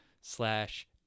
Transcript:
slash